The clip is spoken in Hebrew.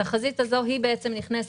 התחזית הזו נכנסת